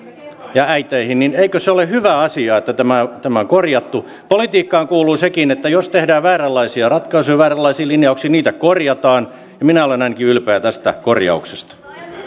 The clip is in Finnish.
ja äiteihin niin eikö se ole hyvä asia että tämä tämä on korjattu politiikkaan kuuluu sekin että jos tehdään vääränlaisia ratkaisuja vääränlaisia linjauksia niitä korjataan ja ainakin minä olen ylpeä tästä korjauksesta